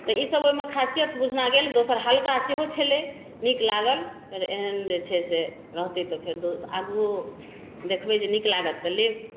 तऽ ई सब ओइमे खासियत बुझना गेल दोसर हल्का सेहो छलै नीक लागल अगर एहन जे छै से रहतै तऽ फेर आगूओ देखबै जे नीक लागत तऽ लेब